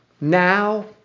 now